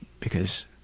because